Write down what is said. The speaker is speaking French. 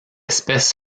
espèce